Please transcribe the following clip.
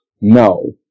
No